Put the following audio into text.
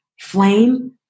flame